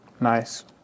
nice